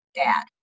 dad